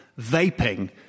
vaping